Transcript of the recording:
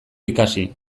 ikasi